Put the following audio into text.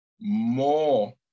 more